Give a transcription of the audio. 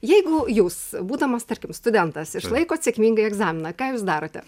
jeigu jūs būdamas tarkim studentas išlaikot sėkmingai egzaminą ką jūs darote